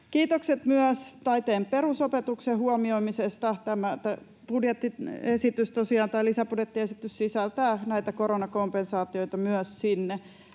Kiitokset myös taiteen perusopetuksen huomioimisesta. Tämä lisäbudjettiesitys tosiaan sisältää näitä koronakompensaatioita myös sinne.